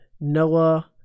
Noah